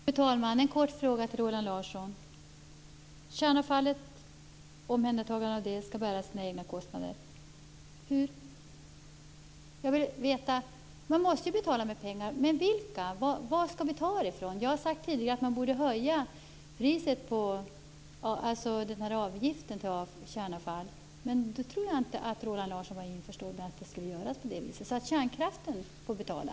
Fru talman! Jag har en kort fråga till Roland Larsson. Omhändertagandet av kärnavfallet skall bära sina egna kostnader - hur? Man måste ju betala med pengar, men vilka pengar? Vad skall vi ta dem från? Jag har tidigare sagt att man borde höja den här avgiften för kärnavfall, men jag tror inte att Roland Larsson var införstådd med att man skulle göra på det viset. Kärnkraften skall betala!